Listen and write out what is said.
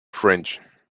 fringe